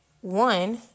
one